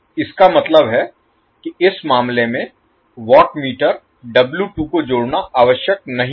इसका मतलब है कि इस मामले में वाट मीटर W2 को जोड़ना आवश्यक नहीं है